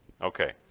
Okay